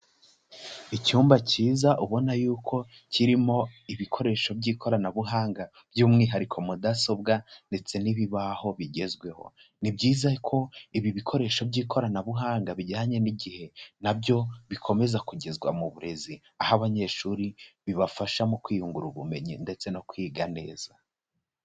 Icyumba cyiza ubona yuko kirimo ibikoresho by'ikoranabuhanga by'umwihariko mudasobwa ndetse n'ibibaho bigezweho. Ni byiza ko ibi bikoresho by'ikoranabuhanga bijyanye n'igihe na byo bikomeza kugezwa mu burezi, aho abanyeshuri bibafasha mu kwiyungura ubumenyi ndetse no kwiga neza.